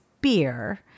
beer